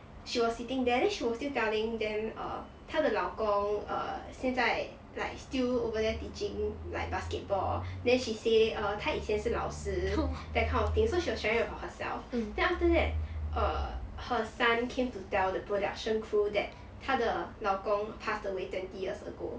she was sitting there then she was still telling them err 她的老公 err 现在 like still over there teaching like basketball then she say err 他以前是老师 that kind of thing so she was sharing about herself then after that err err her son came to tell the production crew that 她的老公 pass away twenty years ago